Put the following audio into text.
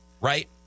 right